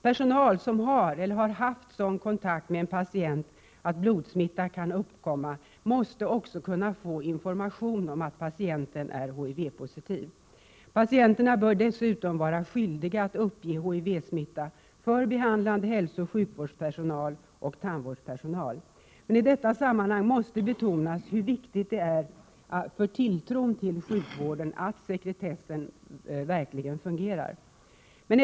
Personal som har eller har haft sådan kontakt med en patient att blodsmitta kan uppkomma, måste kunna få information om att patienten är HIV-positiv. Patienterna bör dessutom vara skyldiga att uppge HIV-smitta för behandlande hälsooch sjukvårdspersonal och för tandvårdspersonal. I detta sammanhang måste betonas hur viktigt det är för tilltron till sjukvården att sekretessen verkligen upprätthålls.